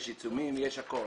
יש עיצומים ויש הכול.